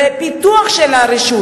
בפיתוח של הרשות.